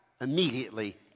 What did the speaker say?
immediately